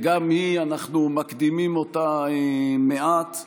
אנחנו מקדימים אותה מעט,